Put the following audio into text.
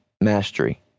mastery